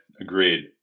Agreed